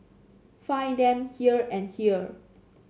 find them here and here